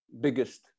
biggest